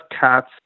cats